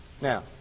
Now